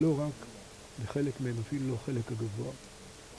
לא רק בחלק מהנפיל, לא חלק הגבוה